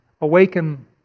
Awaken